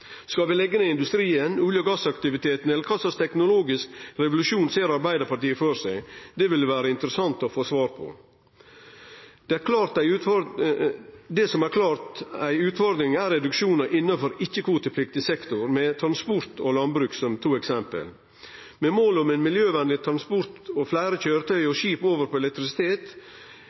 Skal vi leggje ned industrien og olje- og gassaktiviteten, eller kva slags teknologisk revolusjon ser Arbeidarpartiet føre seg? Det ville det vere interessant å få svar på. Det som klart er ei utfordring, er reduksjonar innanfor ikkje-kvotepliktig sektor, med transport og landbruk som to eksempel. Målet om miljøvenleg transport og fleire køyretøy og skip over på elektrisitet